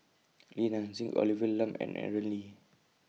Li Nanxing Olivia Lum and Aaron Lee